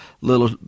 little